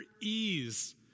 ease